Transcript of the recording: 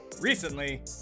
recently